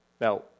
Now